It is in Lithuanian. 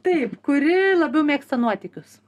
taip kuri labiau mėgsta nuotykius